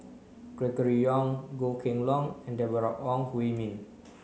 Gregory Yong Goh Kheng Long and Deborah Ong Hui Min